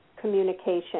communication